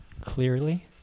clearly